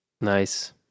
Nice